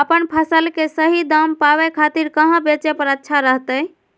अपन फसल के सही दाम पावे खातिर कहां बेचे पर अच्छा रहतय?